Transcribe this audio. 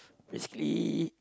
basically